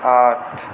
आठ